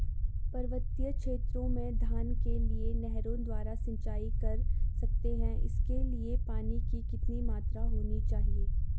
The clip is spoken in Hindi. पर्वतीय क्षेत्रों में धान के लिए नहरों द्वारा सिंचाई कर सकते हैं इसके लिए पानी की कितनी मात्रा होनी चाहिए?